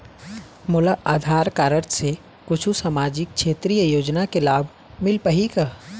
मोला आधार कारड से कुछू सामाजिक क्षेत्रीय योजना के लाभ मिल पाही का?